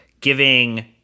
giving